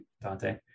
Dante